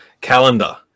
calendar